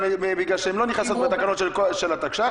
בגלל שהן לא נכנסות בתקנות של התקש"ח,